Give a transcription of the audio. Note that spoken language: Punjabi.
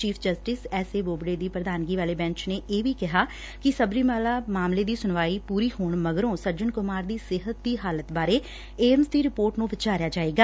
chief justice S A Bobde ਦੀ ਪੁਧਾਨਗੀ ਵਾਲੇ ਬੈਂਚ ਨੇ ਇਹ ਵੀ ਕਿਹਾ ਕਿ ਸਬਰੀਮਾਲਾ ਮਾਮਲੇ ਦੀ ਸੁਣਵਾਈ ਪੁਰੀ ਹੋਣ ਮਗਰੋਂ ਸੱਜਣ ਕੁਮਾਰ ਦੀ ਸਿਹਤ ਦੀ ਹਾਲਤ ਬਾਰੇ ਏਮਜ਼ ਦੀ ਰਿਪੋਰਟ ਨੂੰ ਵਿਚਾਰਿਆ ਜਾਏਗਾ